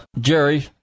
Jerry